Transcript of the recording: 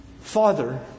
Father